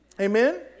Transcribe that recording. Amen